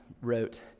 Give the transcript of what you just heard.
wrote